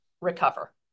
recover